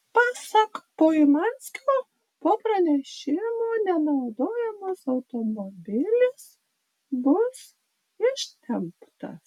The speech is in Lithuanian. pasak poimanskio po pranešimo nenaudojamas automobilis bus ištemptas